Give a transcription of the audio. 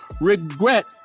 regret